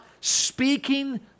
speaking